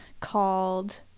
called